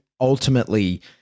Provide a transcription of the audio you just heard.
ultimately